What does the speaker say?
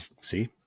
See